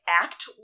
act